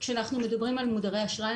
כשאנחנו מדברים על מודרי אשראי,